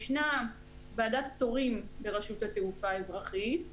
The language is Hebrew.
ישנה ועדת פטורים לרשות התעופה האזרחית,